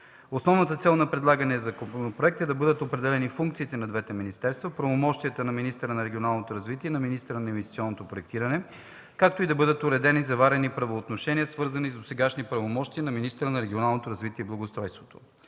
Основната цел на предлагания законопроект е да бъдат определени функциите на двете министерства, правомощията на министъра на регионалното развитие и на министъра на инвестиционното проектиране, както и да бъдат уредени заварените правоотношения, свързани с досегашните правомощията на министъра на регионалното развитие и благоустройството.